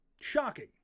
Shocking